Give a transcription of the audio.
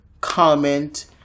comment